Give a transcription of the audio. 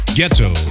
Ghetto